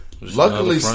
Luckily